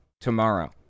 tomorrow